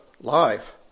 life